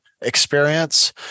experience